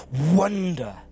wonder